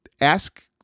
ask